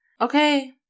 Okay